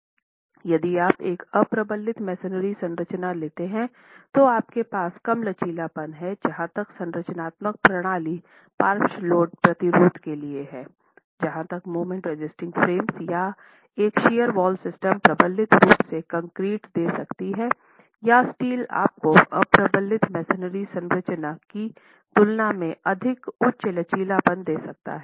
यदि आप एक अप्रबलित मैसनरी संरचना लेते हैं तो आपके पास कम लचीलापन है जहां तक संरचनात्मक प्रणाली पार्श्व लोड प्रतिरोध के लिए है जहाँ तक मोमेंट रेसिस्टिंग फ्रेम्स या एक शियर वॉल सिस्टम प्रबलित रूप से कंक्रीट दे सकती है या स्टील आपको अप्रबलित मैसनरी संरचना की तुलना में अधिक उच्च लचीलापन दे सकता है